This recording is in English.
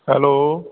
hello